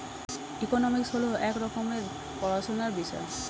economics হল এক রকমের পড়াশোনার বিষয়